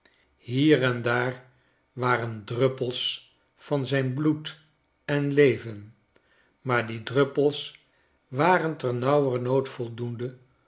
hier en daar waren druppels van zijn bloed en leven maar die druppels waren ternauwernood voldoende